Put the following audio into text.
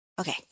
Okay